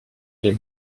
les